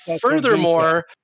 furthermore